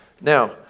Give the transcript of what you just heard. Now